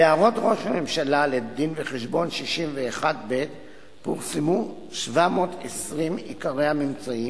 ב"הערות ראש הממשלה" לדין-וחשבון 61ב פורסמו 720 עיקרי הממצאים,